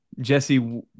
jesse